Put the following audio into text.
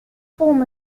form